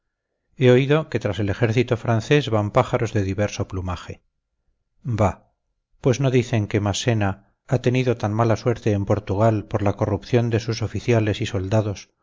he oído que tras el ejército francés van pájaros de diverso plumaje bah pues no dicen que massena ha tenido tan mala suerte en portugal por la corrupción de sus oficiales y soldados